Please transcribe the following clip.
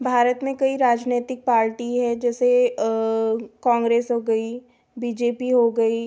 भारत में कई राजनीतिक पार्टी है जैसे कॉन्ग्रेस हो गई बी जे पी हो गई